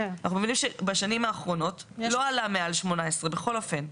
אנחנו מבינים שבשנים האחרונות לא עלה מעל 18 בכל אופן.